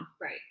Right